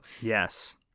Yes